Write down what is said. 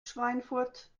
schweinfurt